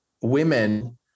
women